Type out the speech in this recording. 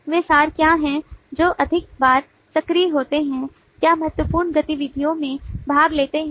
वे सार क्या हैं जो अधिक बार सक्रिय होते हैं या महत्वपूर्ण गतिविधियों में भाग लेते हैं